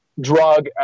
drug